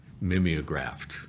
mimeographed